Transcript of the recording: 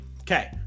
Okay